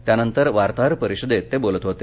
त्यानंतर वार्ताहर परिषदेत ते बोलत होते